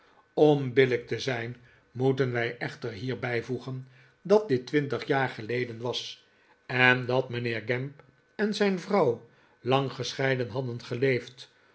om billijk te zijn moeten wij echter hier bijvoegen dat dit twintig jaar geleden was en dat mijnheer gamp en zijn vrouw lang gescheiden hadden